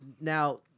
now